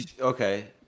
Okay